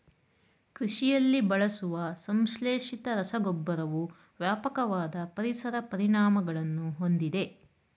ಕೃಷಿಯಲ್ಲಿ ಬಳಸುವ ಸಂಶ್ಲೇಷಿತ ರಸಗೊಬ್ಬರವು ವ್ಯಾಪಕವಾದ ಪರಿಸರ ಪರಿಣಾಮಗಳನ್ನು ಹೊಂದಿದೆ